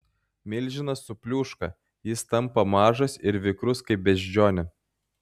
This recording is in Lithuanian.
milžinas supliūška jis tampa mažas ir vikrus kaip beždžionė